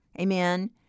amen